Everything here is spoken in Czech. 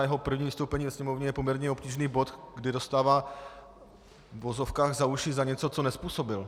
Jeho první vystoupení ve Sněmovně je poměrně obtížný bod, kdy dostává v uvozovkách za uši za něco, co nezpůsobil.